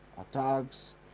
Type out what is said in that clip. attacks